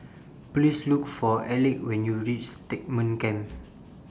Please Look For Alec when YOU REACH Stagmont Camp